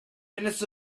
minutes